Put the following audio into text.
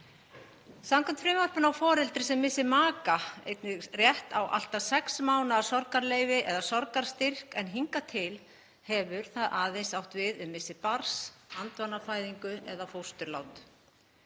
Samkvæmt frumvarpinu á foreldri sem missir maka einnig rétt á allt að sex mánaða sorgarleyfi eða sorgarstyrk en hingað til hefur það aðeins átt við um missi barns, andvanafæðingu eða fósturlát.